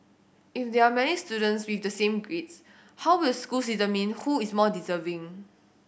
if they are many students with the same grades how will school determine who is more deserving